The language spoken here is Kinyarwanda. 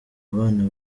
abana